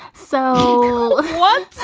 so what